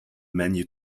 menu